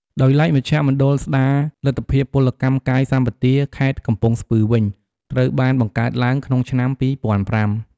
ដោយឡែក មជ្ឈមណ្ឌលស្ដារលទ្ធភាពពលកម្មកាយសម្បទាខេត្តកំពង់ស្ពឺវិញ ត្រូវបានបង្កើតឡើងក្នុងឆ្នាំ ២០០៥។